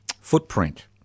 footprint